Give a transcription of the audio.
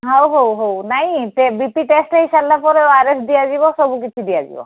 ହଉ ହଉ ହଉ ନାଇ ସେ ବି ପି ଟେଷ୍ଟ୍ ହୋଇସାରିଲା ପରେ ଓ ଆର୍ ଏସ୍ ଦିଆଯିବ ସବୁ କିଛି ଦିଆଯିବ